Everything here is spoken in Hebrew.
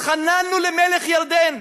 התחננו למלך ירדן,